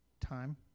Time